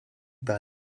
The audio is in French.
par